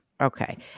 Okay